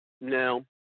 No